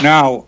Now